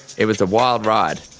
it was a wild ride.